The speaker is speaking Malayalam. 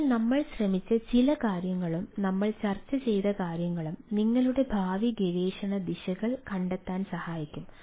അതിനാൽ നമ്മൾ ശ്രമിച്ച ചില കാര്യങ്ങളും നമ്മൾ ചർച്ച ചെയ്ത കാര്യങ്ങളും നിങ്ങളുടെ ഭാവി ഗവേഷണ ദിശകൾ കണ്ടെത്താൻ സഹായിക്കും